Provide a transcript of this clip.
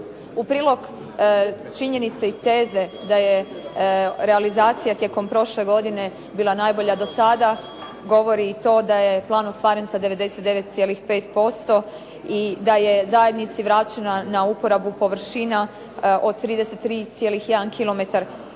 U prilog činjenici teze da je realizacija tijekom prošle godine bila najbolja do sada govori i to da je plan ostvaren za 99,5% i da je zajednici vraćena na uporabu površina od 33,1 km2,